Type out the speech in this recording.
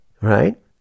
Right